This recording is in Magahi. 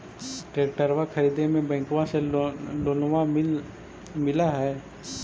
ट्रैक्टरबा खरीदे मे बैंकबा से लोंबा मिल है?